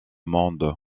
monde